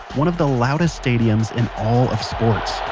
one of the loudest stadiums in all of sports